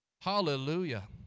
Hallelujah